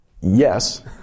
Yes